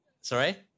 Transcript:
Sorry